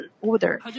order